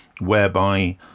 whereby